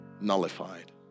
nullified